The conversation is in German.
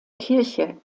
kirche